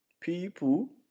people